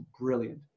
brilliant